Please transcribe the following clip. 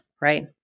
right